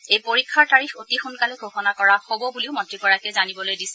এই পৰীক্ষাৰ তাৰিখ অতি সোনকালে ঘোষণা কৰা হ'ব বুলিও মন্ত্ৰীগৰাকীয়ে জানিবলৈ দিছে